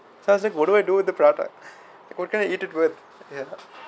so I was like what do I do with the prata what can I eat it with ya